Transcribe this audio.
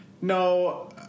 No